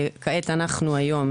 וכעת אנחנו היום,